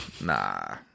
Nah